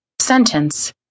Sentence